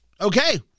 Okay